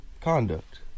conduct